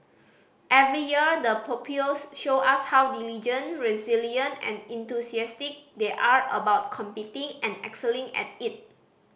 every year the pupils show us how diligent resilient and enthusiastic they are about competing and excelling at it